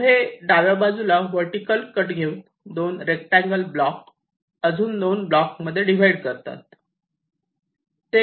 पुढे डाव्या बाजूला वर्टीकल कट घेऊन दोन रेक्टांगल ब्लॉक अजून दोन ब्लॉक मध्ये डिव्हाइड करतात